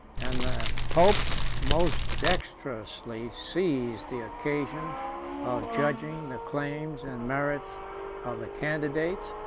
and the popes most dexterously seized the occasion of judging the claims and merits of the candidates,